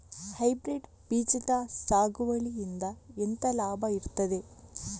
Hybrid ಬೀಜದ ಸಾಗುವಳಿಯಿಂದ ಎಂತ ಲಾಭ ಇರ್ತದೆ?